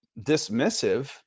dismissive